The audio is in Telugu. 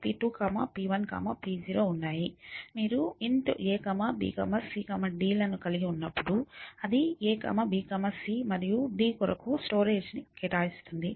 మీరు int a b c d కలిగి ఉన్నప్పుడు అది a b c మరియు d కొరకు స్టోరేజ్ ని కేటాయిస్తుంది